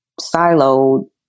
siloed